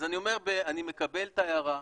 אז אני אומר, אני מקבל את ההערה.